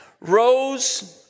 Rose